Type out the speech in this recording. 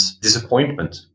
disappointment